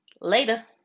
later